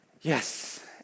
yes